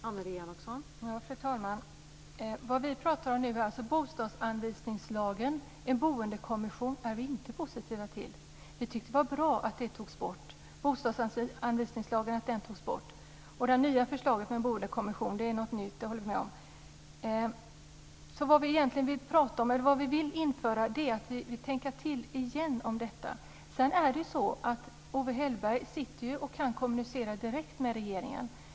Fru talman! Vad vi pratar om är alltså bostadsanvisningslagen. Vi är inte positiva till en boendekommission. Vi tyckte att det var bra att bostadsanvisningslagen togs bort. Det nya förslaget med boendekommission är något nytt. Vad vi egentligen vill införa är att vi vill tänka till igen om detta. Owe Hellberg kan ju kommunicera direkt med regeringen.